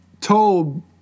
told